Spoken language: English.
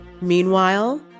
Meanwhile